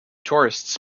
tourists